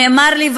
נאמר לי,